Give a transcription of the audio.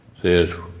says